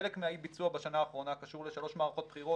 חלק מאי הביצוע בשנה שעברה קשור לשלוש מערכות בחירות,